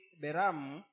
beramu